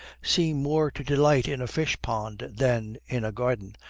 seem more to delight in a fish-pond than in a garden,